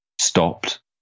stopped